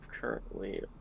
currently